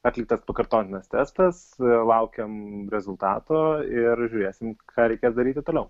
atliktas pakartotinas testas laukiam rezultato ir žiūrėsim ką reikia daryti toliau